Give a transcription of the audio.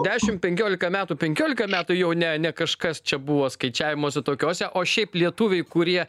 dešimt penkiolika metų penkiolika metų jau ne ne kažkas čia buvo skaičiavimuose tokiuose o šiaip lietuviai kurie